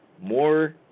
more